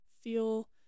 feel